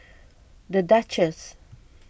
the Duchess